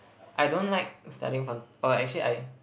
I don't like studying from~ oh actually I